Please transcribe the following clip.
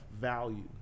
value